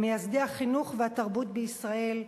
מייסדי החינוך והתרבות בישראל,